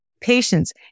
patience